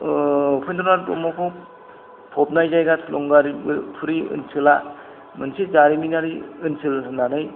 उपेन्द्रनाथ ब्रह्मखौ फबनाय जायगा थुलुंगाफुरि ओनसोला मोनसे जारिमिनारि ओनसोल होननानै